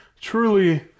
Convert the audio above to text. Truly